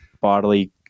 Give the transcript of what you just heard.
bodily